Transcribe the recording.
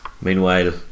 Meanwhile